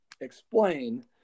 explain